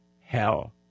hell